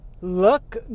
Look